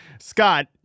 Scott